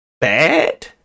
bad